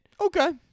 Okay